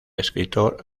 escritor